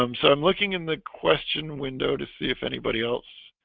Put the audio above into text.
um so i'm looking in the question window to see if anybody else